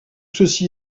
ceci